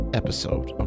episode